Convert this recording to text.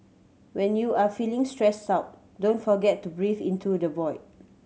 when you are feeling stressed out don't forget to breathe into the void